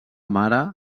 mare